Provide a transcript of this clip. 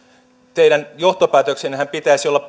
teidän johtopäätöksennehän pitäisi olla